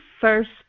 first